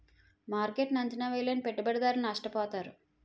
మార్కెట్ను అంచనా వేయలేని పెట్టుబడిదారులు నష్టపోతారు